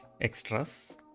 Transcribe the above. Extras